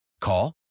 Call